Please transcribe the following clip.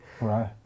right